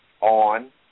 on